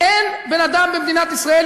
אין בן-אדם במדינת ישראל,